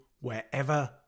wherever